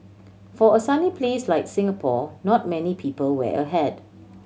for a sunny place like Singapore not many people wear a hat